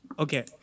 Okay